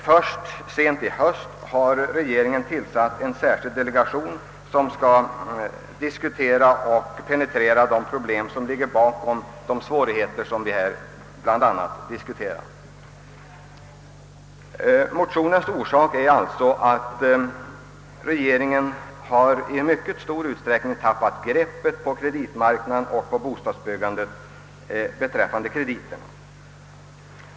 Först sent i höst har regeringen tillsatt en särskild delegation som skall överväga och penetrera den problematik som ligger bakom denna debatt. Anledningen till motionen är att regeringen alltså i mycket stor utsträckning tappat greppet om bostadsbyggandets krediter och kreditmarknaden i övrigt.